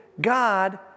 God